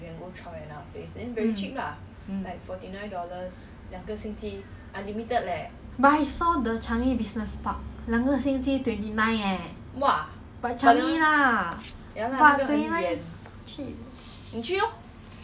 太远了 if I got a car I would ah